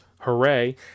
Hooray